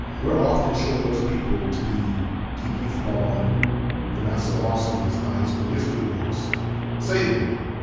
we're often showing those people to be deeply flawed and not so awesome as the high school history books say they were.